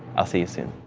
i'll see you soon.